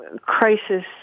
crisis